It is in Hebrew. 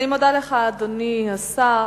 אני מודה לך, אדוני השר.